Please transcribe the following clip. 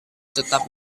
tetap